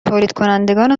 تولیدکنندگان